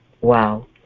Wow